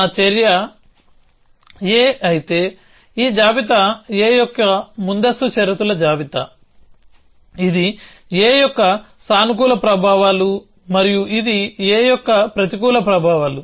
నా చర్య a అయితే ఈ జాబితా a యొక్క ముందస్తు షరతుల జాబితా ఇది a యొక్క సానుకూల ప్రభావాలు మరియు ఇది a యొక్క ప్రతికూల ప్రభావాలు